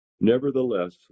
Nevertheless